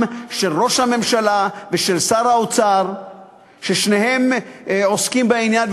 של ראש הממשלה ושל שר האוצר שעוסקים בעניין,